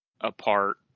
apart